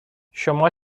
شما